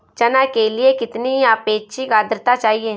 चना के लिए कितनी आपेक्षिक आद्रता चाहिए?